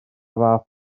fath